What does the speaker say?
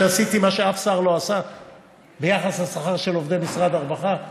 שעשיתי מה שאף שר לא עשה ביחס לשכר של עובדי משרד הרווחה,